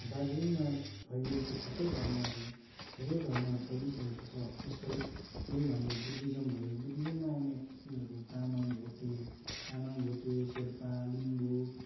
दार्जिलिङमा फैलिएको थुप्रै धर्महरू धेरै धर्महरू फैलिसकेको छ जस्तै यही हाम्रो बुद्धिज्म भयो बुद्धिज्ममा आउने उयोहरू तामाङ भोटे तामाङ भोटे शेर्पा लिम्बू